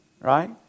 Right